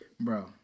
Bro